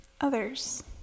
Others